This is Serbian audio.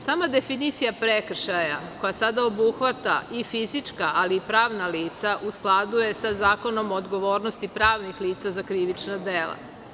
Sama definicija prekršaja koja sada obuhvata i fizička ali i pravna lica u skladu je sa Zakonom o odgovornosti pravnih lica za krivična dela.